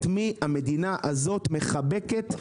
את מי המדינה הזאת מחבקת,